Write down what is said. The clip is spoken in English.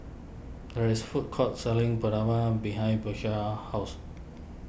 there is food court selling behind house